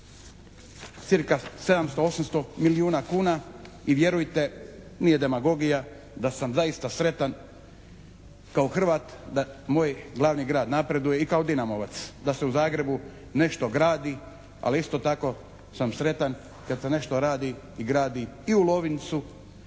cirka 700, 800 milijuna kuna i vjerujte nije demagogija da sam zaista sretan kao Hrvat da moj glavni grad napreduje i kao dinamovac da se u Zagrebu nešto gradi, ali isto tako sam sretan kad se nešto radi i gradi i u Lovincu